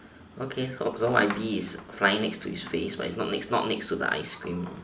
okay so so my bee is flying next to his face but it's not it's not next to the ice cream